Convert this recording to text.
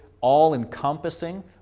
all-encompassing